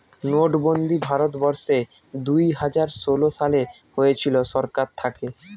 নোটবন্দি ভারত বর্ষে দুইহাজার ষোলো সালে হয়েছিল সরকার থাকে